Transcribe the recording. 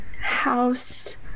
house